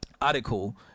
article